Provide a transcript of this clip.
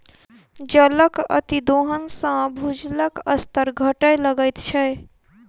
जलक अतिदोहन सॅ भूजलक स्तर घटय लगैत छै